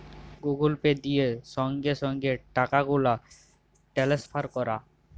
Google Pay দিয়ে সংগে সংগে টাকাগুলা টেলেসফার ক্যরা